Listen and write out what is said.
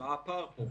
ומה הפער פה?